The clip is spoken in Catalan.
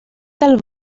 del